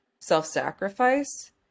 self-sacrifice